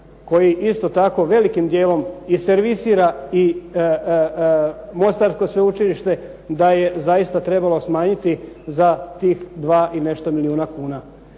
koji isto tako velikim dijelom i servisira i mostarsko sveučilište da je zaista trebalo smanjiti za tih 2 i nešto milijuna kuna.